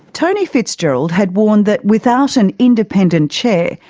tony fitzgerald had warned that without an independent chair,